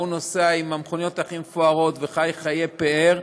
הוא נוסע עם המכוניות הכי מפוארות וחי חיי פאר,